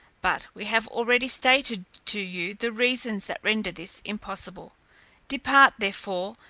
but we have already stated to you the reasons that render this impossible depart, therefore,